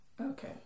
Okay